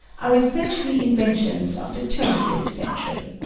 are essentially inventions of the twentieth century.